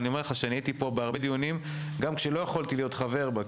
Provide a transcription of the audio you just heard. הייתי בו בהרבה דיונים גם כשלא יכולתי להיות חבר בה.